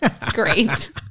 Great